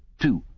two,